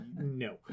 No